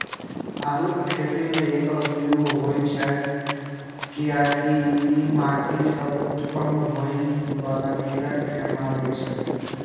आलूक खेती मे एकर उपयोग होइ छै, कियैकि ई माटि सं उत्पन्न होइ बला कीड़ा कें मारै छै